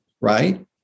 Right